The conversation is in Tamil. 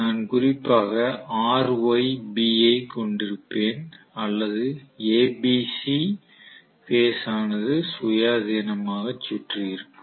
நான் குறிப்பாக R Y B ஐ கொண்டிருப்பேன் அல்லது A B C பேஸ் ஆனது சுயாதீனமாக சுற்றி இருக்கும்